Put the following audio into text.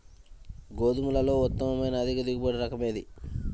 గోధుమలలో ఉత్తమమైన అధిక దిగుబడి రకం ఏది?